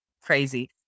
crazy